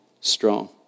strong